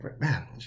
Man